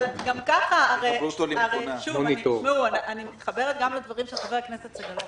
אבל גם ככה --- אני מתחברת גם לדברים של חבר הכנסת סגלוביץ',